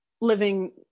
living